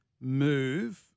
move